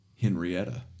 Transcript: Henrietta